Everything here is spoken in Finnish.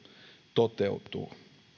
toteutuvat